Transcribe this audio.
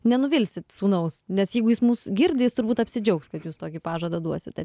nenuvilsit sūnaus nes jeigu jis mus girdi jis turbūt apsidžiaugs kad jūs tokį pažadą duosite